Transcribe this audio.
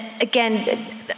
again